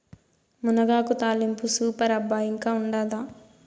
మునగాకు తాలింపు సూపర్ అబ్బా ఇంకా ఉండాదా